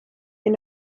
you